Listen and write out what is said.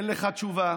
אין לך תשובה.